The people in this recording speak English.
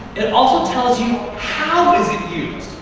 it also tells you how is it used.